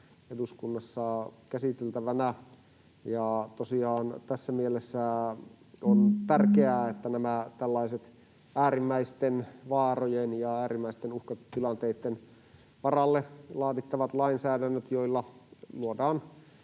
käsiteltävänä. Tosiaan tässä mielessä on tärkeää, että nämä tällaiset äärimmäisten vaarojen ja äärimmäisten uhkatilanteitten varalle laadittavat lainsäädännöt, joilla luodaan